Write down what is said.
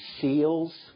seals